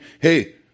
hey